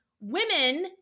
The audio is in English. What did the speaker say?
women